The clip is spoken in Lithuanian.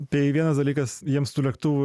tai vienas dalykas jiems tų lėktuvų